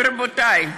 ורבותי,